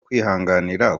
kwihanganira